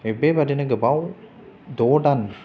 बेबायदिनो गोबाव द' दान